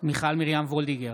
מיכל מרים וולדיגר,